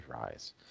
rise